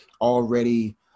already